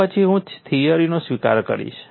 તો પછી હું થિયરીનો સ્વીકાર કરીશ